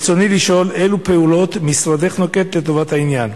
ברצוני לשאול: אילו פעולות משרדך נוקט לטובת העניין?